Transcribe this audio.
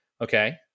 okay